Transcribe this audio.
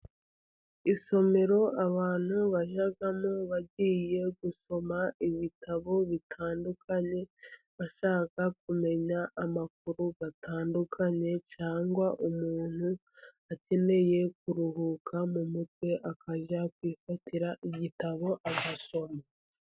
Isomero abantu bajyamo bagiye gusoma ibitabo bitandukanye, ashaka kumenya amakuru atandukanye, cyangwa umuntu akeneye kuruhuka mu mutwe, akajya kwifatira igitabo agasoma.